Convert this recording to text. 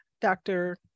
Dr